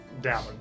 down